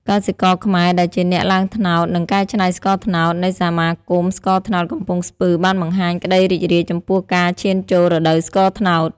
កសិករខ្មែរដែលជាអ្នកឡើងត្នោត និងកែច្នៃស្ករត្នោត នៃសមាគមស្ករត្នោតកំពង់ស្ពឺ បានបង្ហាញក្ដីរីករាយចំពោះការឈានចូលរដូវស្ករត្នោត។